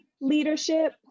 leadership